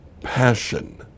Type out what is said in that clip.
passion